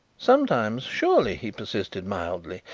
sometimes, surely, he persisted mildly.